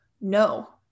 no